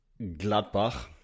Gladbach